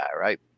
right